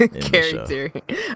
character